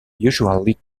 usually